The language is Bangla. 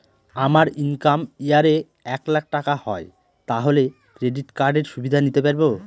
আমার ইনকাম ইয়ার এ এক লাক টাকা হয় তাহলে ক্রেডিট কার্ড এর সুবিধা নিতে পারবো?